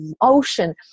ocean